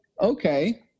okay